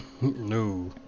No